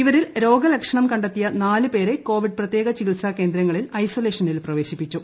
ഇവരിൽ രോഗലക്ഷണം കണ്ടെത്തിയ നാല് പേരെ കോവിഡ് പ്രത്യേക ചികിത്സാ കേന്ദ്രങ്ങളിൽ ഐസൊലേഷനിൽ പ്രവേശിപ്പിച്ചു